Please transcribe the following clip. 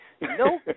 No